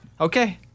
Okay